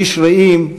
איש רעים,